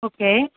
okay